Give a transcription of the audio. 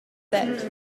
set